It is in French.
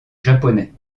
japonais